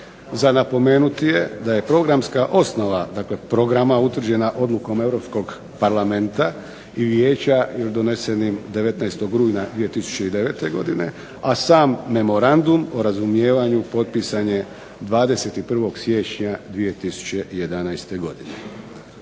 Za napomenuti je da je programska osnova, dakle programa utvrđena odlukom Europskog Parlamenta i Vijeća donesenim 19. rujna 2009. godine, a sam memorandum o razumijevanju potpisan je 21. siječnja 2011. godine.